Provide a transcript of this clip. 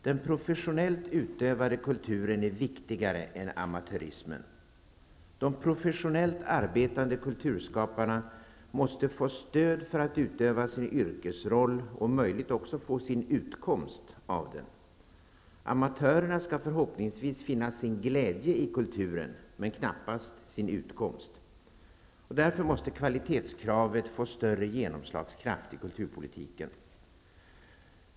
Den professionellt utövade kulturen är viktigare än amatörismen. De professionellt arbetande kulturskaparna måste få stöd att utöva sin yrkesroll och om möjligt också få sin utkomst av den. Amatörerna skall förhoppningsvis finna sin glädje i kulturen, men knappast sin utkomst. Därför måste kvalitetskravet få större genomslagskraft i kulturpolitiken.